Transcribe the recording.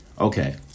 Okay